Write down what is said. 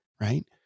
Right